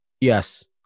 Yes